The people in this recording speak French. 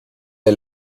est